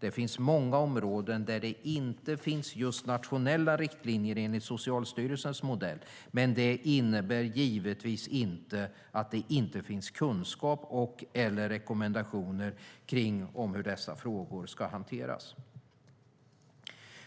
Det finns många områden där det inte finns just nationella riktlinjer enligt Socialstyrelsens modell. Det innebär givetvis inte att det inte finns kunskap eller rekommendationer om hur dessa frågor ska hanteras.